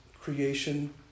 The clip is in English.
creation